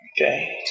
Okay